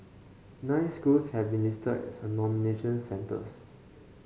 nine schools have been listed as nomination centres